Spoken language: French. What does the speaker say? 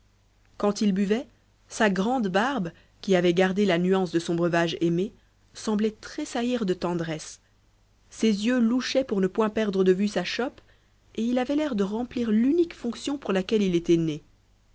quand il buvait sa grande barbe qui avait gardé la nuance de son breuvage aimé semblait tressaillir de tendresse ses yeux louchaient pour ne point perdre de vue sa chope et il avait l'air de remplir l'unique fonction pour laquelle il était né